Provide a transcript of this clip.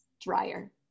drier